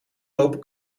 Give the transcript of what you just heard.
lopen